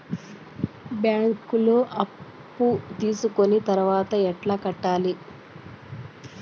బ్యాంకులో అప్పు తీసుకొని తర్వాత ఎట్లా కట్టాలి?